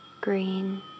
green